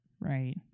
Right